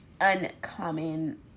uncommon